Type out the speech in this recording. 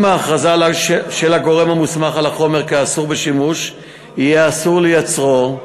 עם ההכרזה של הגורם המוסמך על החומר כאסור בשימוש יהיה אסור לייצרו,